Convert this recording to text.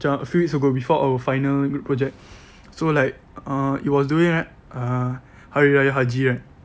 macam a few weeks ago before our final group project so like uh it was during uh hari raya haji right